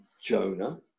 Jonah